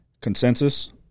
Consensus